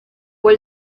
fue